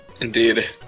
Indeed